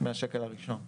מהשקל הראשון.